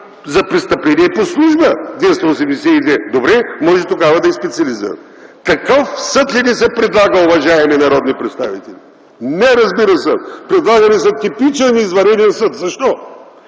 за престъпления по служба – чл. 282. Добре, може тогава да е специализиран. Такъв съд ли ни се предлага, уважаеми народни представители? Не, разбира се. Предлага ни се типичен извънреден съд. Защо?